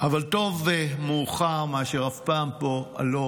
טוב מאוחר מאשר אף פעם לא.